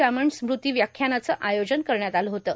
रामन स्मृती व्याख्यानाचं आयोजन करण्यात आलं होतं